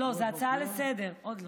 זו הצעה לסדר-היום.